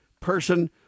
person